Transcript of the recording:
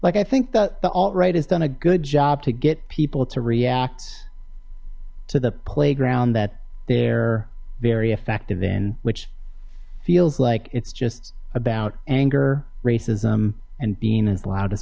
like i think that the alt right has done a good job to get people to react to the playground that they're very effective in which feels like it's just about anger racism and being as loud as